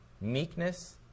meekness